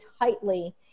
tightly